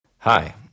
Hi